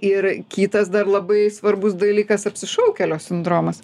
ir kitas dar labai svarbus dalykas apsišaukėlio sindromas